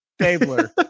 Stabler